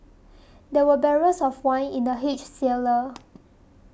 there were barrels of wine in the huge cellar